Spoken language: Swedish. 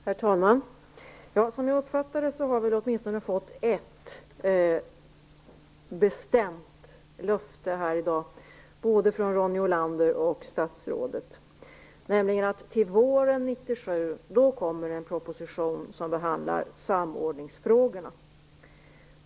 Herr talman! Som jag uppfattar det har vi fått åtminstone ett bestämt löfte här i dag, både från Ronny 1997 kommer en proposition som behandlar samordningsfrågorna.